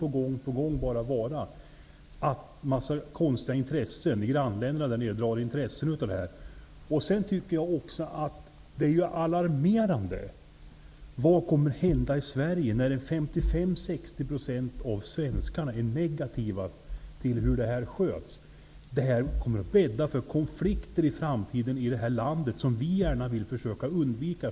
Men gång på gång verkar det vara en massa konstiga intressen i grannländerna som drar nytta av situationen. Det är alarmerande. Vad kommer att hända i Sverige? Av svenskarna är 55--60 % som är negativa till hur det här sköts. Det kommer att bädda för konflikter i framtiden i vårt land, konflikter som vi gärna vill försöka undvika.